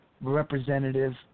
representative